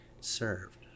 served